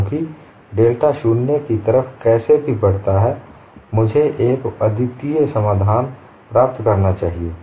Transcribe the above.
क्योंकि delta z शून्य की तरफ जैसे भी बढता है मुझे एक अद्वितीय समाधान प्राप्त करना चाहिए